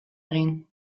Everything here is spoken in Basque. egin